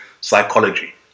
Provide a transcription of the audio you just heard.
psychology